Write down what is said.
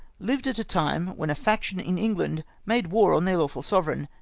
lived at a time when a faction in england made war on their lawful sovereign,